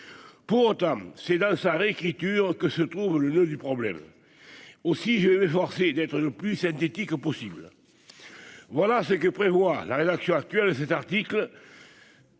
pourtant c'est dans sa réécriture que se trouve le noeud du problème, aussi je vais m'efforcer d'être plus athlétique possible, voilà ce que prévoit la rédaction actuelle cet article.